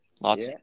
Lots